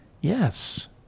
Yes